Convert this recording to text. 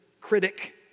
critic